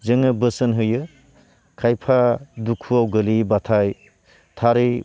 जोङो बोसोन होयो खायफा दुखुयाव गोलैयोब्लाथाय थारै